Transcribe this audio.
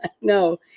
No